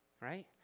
right